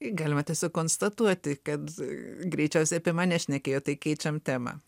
galima tiesiog konstatuoti kad greičiausiai apie mane šnekėjo tai keičiam temą